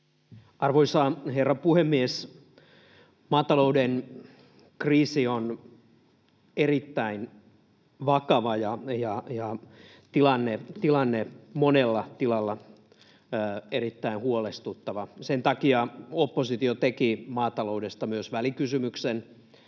Arvoisa herra puhemies! Maatalouden kriisi on erittäin vakava ja tilanne monella tilalla erittäin huolestuttava. Sen takia oppositio teki maataloudesta myös välikysymyksen,